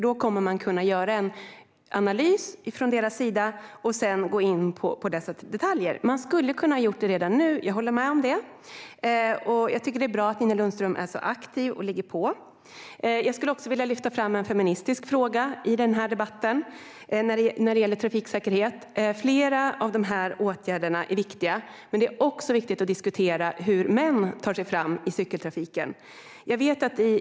De kommer att kunna göra en analys, och sedan kan man gå in på detaljer. Jag håller med om att man hade kunnat göra det redan nu. Det är bra att Nina Lundström är aktiv och ligger på. Jag vill lyfta fram en feministisk fråga när det gäller trafiksäkerhet i den här debatten. Flera av de här åtgärderna är viktiga, men det är också viktigt att diskutera hur män tar sig fram i cykeltrafiken.